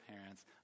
parents